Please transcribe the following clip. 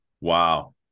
wow